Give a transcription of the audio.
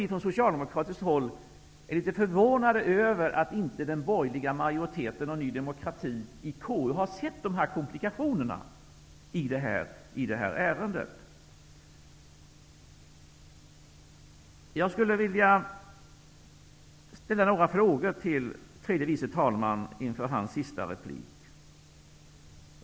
Från socialdemokratiskt håll är vi förvånade över att den borgerliga majoriteten och Ny demokrati i KU inte har sett komplikationerna i det här ärendet. Jag skulle vilja ställa ett par frågor till tredje vice talmannen inför hans sista replik.